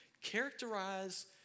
characterize